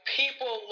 people